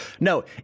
No